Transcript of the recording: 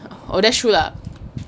oh that's true lah